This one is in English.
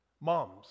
Moms